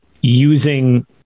using